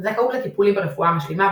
זכאות לטיפולים ברפואה משלימה,